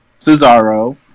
Cesaro